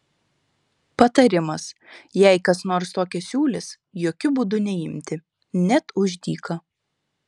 patarimas jei kas nors tokią siūlys jokiu būdu neimti net už dyką